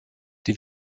die